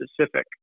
specific